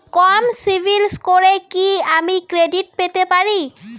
কম CIBIL স্কোরে কি আমি ক্রেডিট পেতে পারি?